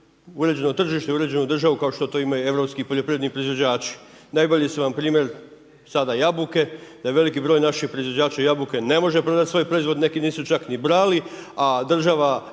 uređeno tržište, uređenu državu kao što to imaju europski poljoprivredni proizvođači. Najbolji su vam primjer sada jabuke, da je veliki broj naših proizvođača jabuka ne može prodati svoj proizvod, neki nisu čak ni brali, a država